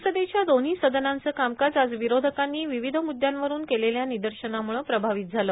संसदेच्या दोव्ही सदनांचं कामकाज आज विरोधकांनी विविध मुद्यांवरून केलेल्या निदर्शनामुळं प्रभावित झालं